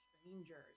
strangers